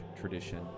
tradition